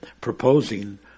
proposing